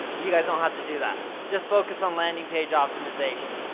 you guys don't have to do that. just focus on landing page optimization.